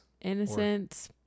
Innocence